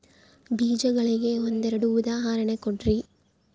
ಬೇಜಗಳಿಗೆ ಒಂದೆರಡು ಉದಾಹರಣೆ ಕೊಡ್ರಿ?